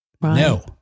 No